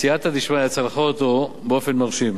בסייעתא דשמיא צלחה אותו באופן מרשים.